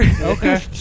Okay